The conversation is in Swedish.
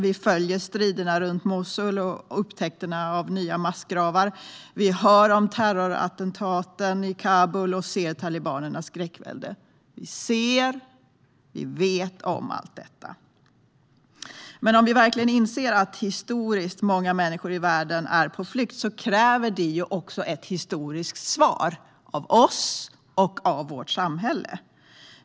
Vi följer striderna runt Mosul och upptäckterna av nya massgravar. Vi hör om terrorattentaten i Kabul och ser talibanernas skräckvälde. Vi ser, och vi vet om, allt detta. Men om vi verkligen inser att historiskt många människor i världen är på flykt kräver det också ett historiskt svar av oss och av vårt samhälle.